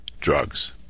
drugs